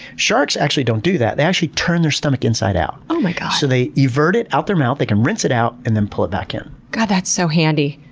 sharks actually don't do that. they actually turn their stomach inside out. um like ah so they evert it out their mouth. they can rinse it out and then pull it back in. god, that's so handy.